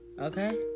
Okay